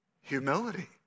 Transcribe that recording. humility